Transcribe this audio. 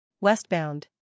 Westbound